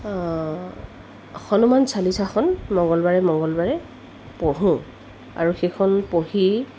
হনুমান চালিচাখন মংগলবাৰে মংগলবাৰে পঢ়োঁ আৰু সেইখন পঢ়ি